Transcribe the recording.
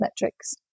metrics